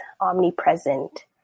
omnipresent